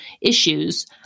issues